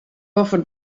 offered